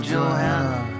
Johanna